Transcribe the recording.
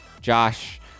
Josh